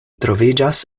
troviĝas